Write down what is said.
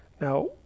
Now